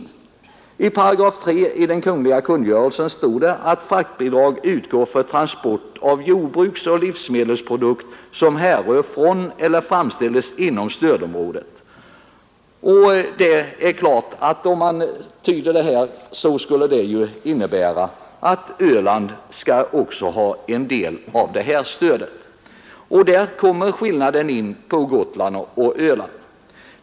I 3 § i den Kungl. kungörelsen stod det, att fraktbidrag utgår för transport av jordbruksoch livsmedelsprodukter som härrör från eller framställs inom stödområdet. Om man tyder detta rätt bör det också innebära att även Öland skall ha del av detta stöd. Här visar sig således skillnaden mellan Gotland och Öland.